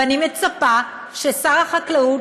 ואני מצפה ששר החקלאות,